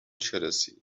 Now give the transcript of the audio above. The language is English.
jealousy